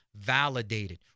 validated